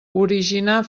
originar